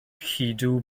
lludw